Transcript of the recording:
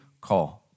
call